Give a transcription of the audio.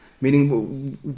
Meaning